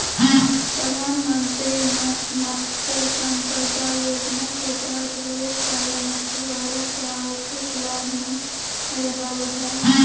प्रधानमंत्री मत्स्य संपदा योजना के तहत बहुत सारा मछुआरा के आर्थिक लाभ मिल रहलय हें